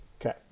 Okay